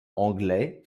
anglais